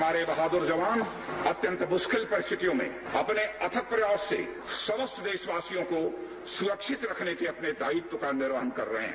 हमारे बहादुर जवान अत्यंत मुश्किल परिस्थितियों में अपने अथक प्रयास से समस्त देशवासियों को सुरक्षित रखने के अपने दायित्व का निर्वहन कर रहे है